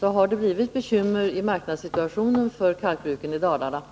har det uppstått bekymmer i marknadssituationen för kalkbruken i Dalarna.